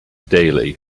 daily